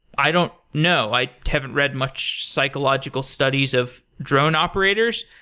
i don't know. i haven't read much psychological studies of drone operators.